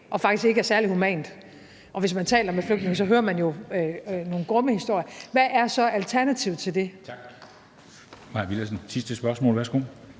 og faktisk ikke er særlig humant – og hvis man taler med flygtninge, hører man jo nogle grumme historier – hvad er så alternativet til det? Kl. 13:31 Formanden (Henrik Dam